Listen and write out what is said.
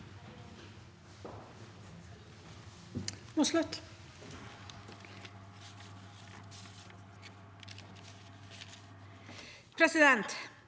Presidenten